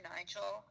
Nigel